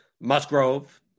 Musgrove